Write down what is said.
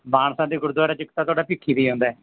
ਮਾਨਸਾ ਦੇ ਗੁਰਦੁਆਰਾ 'ਚ ਇੱਕ ਤਾਂ ਤੁਹਾਡਾ ਭੀਖੀ ਲਈ ਜਾਂਦਾ